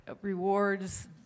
rewards